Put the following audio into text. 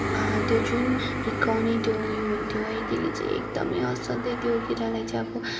त्यो जुन हिर्काउने त्यो उयो हुन्थ्यो है त्यसले चाहिँ एकदमै असाध्यै त्यो केटालाई चाहिँ अब